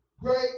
great